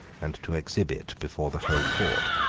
and to exhibit, before the whole court,